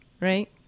Right